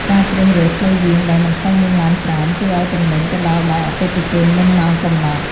ការជ្រើសរើសផ្លូវវាងដែលមិនសូវមានឡានច្រើនជួយឱ្យទំនិញទៅដល់ដៃអតិថិជនមុនម៉ោងកំណត់។